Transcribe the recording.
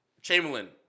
Chamberlain